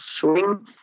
swing